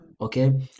okay